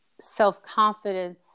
self-confidence